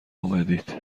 آمدید